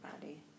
body